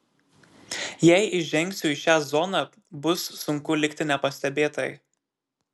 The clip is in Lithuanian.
jei įžengsiu į šią zoną bus sunku likti nepastebėtai